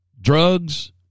drugs